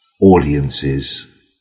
audiences